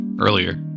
earlier